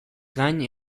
gain